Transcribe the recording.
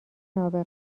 نابغه